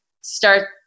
start